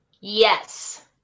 Yes